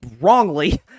wrongly